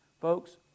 Folks